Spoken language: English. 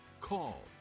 call